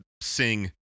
sing